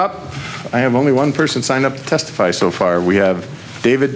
up i have only one person signed up to testify so far we have david